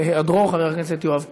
בהיעדרו, חבר הכנסת יואב קיש.